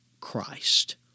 Christ